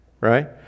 right